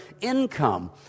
income